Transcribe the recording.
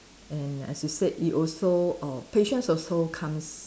and as you said it also err patience also comes